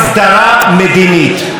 מול ארגון טרור,